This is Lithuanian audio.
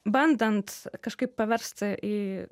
bandant kažkaip paversti į